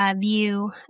view